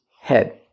head